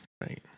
right